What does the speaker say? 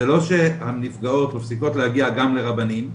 זה לא שהנפגעות מפסיקות להגיע גם לרבנים,